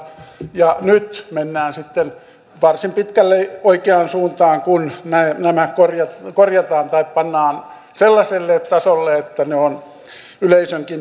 ja nyt mennään sitten varsin pitkälle oikeaan suuntaan kun nämä korjataan tai pannaan sellaiselle tasolle että ne ovat yleisönkin hyväksyttävissä